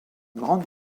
grande